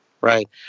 right